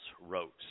wrote